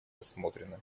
рассмотрены